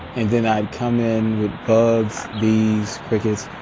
and then i'd come in with bugs, bees, crickets,